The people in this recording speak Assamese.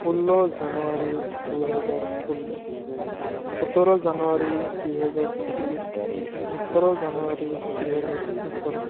ষোল্ল জানুৱাৰী দুই হেজাৰ ষোল্ল সোতৰ জানুৱাৰী দুই হেজাৰ সোতৰ ওঁঠৰ জানুৱাৰী দুই হেজাৰ ওঁঠৰ